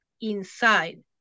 inside